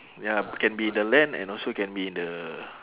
ya can be in the land and also can be in the